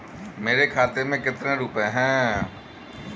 मेरे खाते में कितने रुपये हैं?